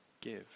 give